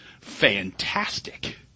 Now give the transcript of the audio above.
fantastic